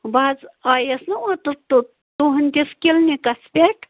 بہٕ حظ آیییَس نَہ اوترٕ تُہُنٛد کِس کِلنِکَس پٮ۪ٹھ